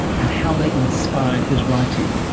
and how they inspired his writing.